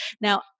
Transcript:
Now